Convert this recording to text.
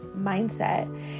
mindset